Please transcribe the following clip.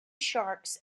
sharks